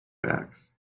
backs